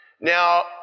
Now